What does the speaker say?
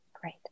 Great